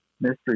mystery